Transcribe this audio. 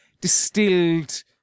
distilled